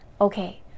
okay